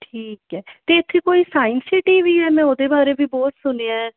ਠੀਕ ਹੈ ਅਤੇ ਇੱਥੇ ਕੋਈ ਸਾਇੰਸ ਸਿਟੀ ਵੀ ਹੈ ਮੈਂ ਉਹਦੇ ਬਾਰੇ ਵੀ ਬਹੁਤ ਸੁਣਿਆ ਹੈ